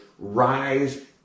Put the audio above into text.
rise